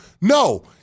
No